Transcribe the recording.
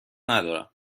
ندارم